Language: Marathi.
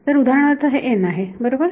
तर उदाहरणार्थ हे n आहे बरोबर